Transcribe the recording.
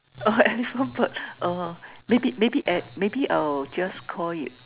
uh elephan~ uh maybe maybe eh maybe I will just call it uh